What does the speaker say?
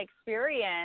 experience